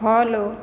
follow